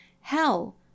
Hell